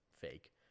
fake